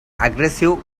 aggressive